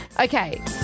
Okay